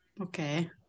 Okay